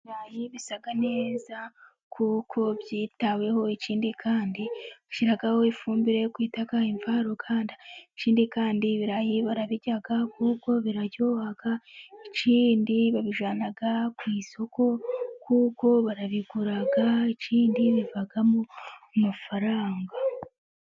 Ibirayi bisa neza kuko byitaweho, ikindi kandi bashyiraho ifumbire twita imvaruganda. Ikindi kandi ibirayi barabirya kuko biraryoha, ikindi babijyana ku isoko kuko barabigura, ikindi bivamo amafaranga.